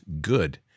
good